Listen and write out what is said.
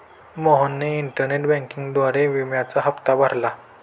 मोहनने इंटरनेट बँकिंगद्वारे विम्याचा हप्ता भरला